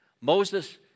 Moses